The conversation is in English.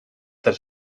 that